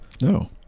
No